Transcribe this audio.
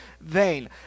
vain